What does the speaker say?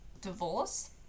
divorce